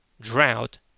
drought